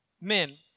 men